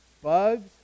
Bugs